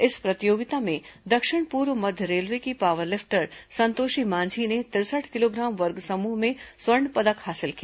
इस प्रतियोगिता में दक्षिण पूर्व मध्य रेलवे की पावर लिफ्टर संतोषी मांझी ने तिरसठ किलोग्राम वर्ग समूह में स्वर्ण पदक हासिल किया